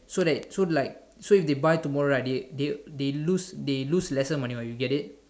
so that so like so if they buy tomorrow right they they they lose they lose lesser money [what] do you get it